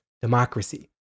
democracy